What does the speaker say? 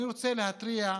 אני רוצה להתריע: